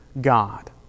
God